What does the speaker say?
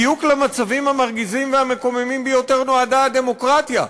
בדיוק למצבים המרגיזים והמקוממים ביותר נועדה הדמוקרטיה,